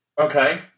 Okay